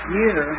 year